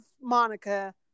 monica